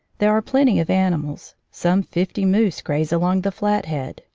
there are plenty of animals. some fifty moose graze along the flathead.